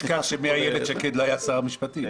אל תשכח שמאיילת שקד לא היה שר משפטים.